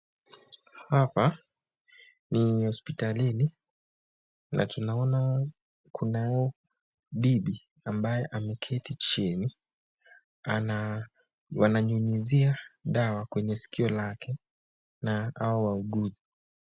Hapa ni hospitalini na tunaona kuna bibi ambaye ameketi chini, wananyunyizia dawa kwenye sikio lake, na hao wauguzi.